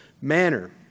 manner